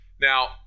Now